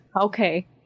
Okay